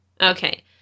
Okay